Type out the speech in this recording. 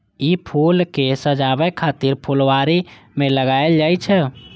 ई फूल कें सजाबै खातिर फुलबाड़ी मे लगाएल जाइ छै